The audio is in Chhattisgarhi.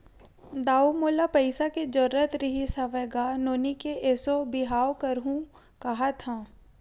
दाऊ मोला पइसा के जरुरत रिहिस हवय गा, नोनी के एसो बिहाव करहूँ काँहत हँव